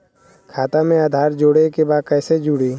खाता में आधार जोड़े के बा कैसे जुड़ी?